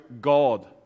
God